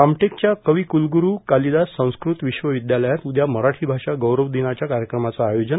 रामटेकच्या कवि कुलगुरू कालिदास संस्कृत विश्वविद्यालयात उद्या मराठी भाषा गौरव दिनाच्या कार्यक्रमाचं आयोजन